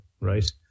right